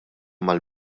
mal